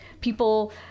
people